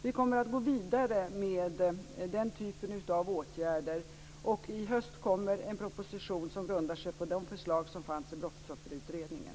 Vi kommer att gå vidare med den typen av åtgärder, och i höst kommer en proposition som grundar sig på de förslag som fanns i Brottsofferutredningen.